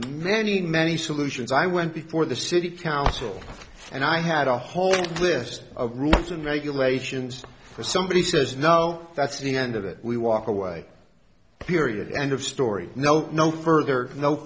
many many solutions i went before the city council and i had a whole list of rules and regulations for somebody says no that's the end of it we walk away period end of story nope no further no